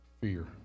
Fear